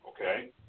Okay